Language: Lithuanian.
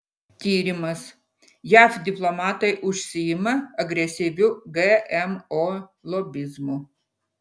tyrimas jav diplomatai užsiima agresyviu gmo lobizmu